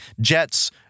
jets